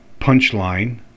punchline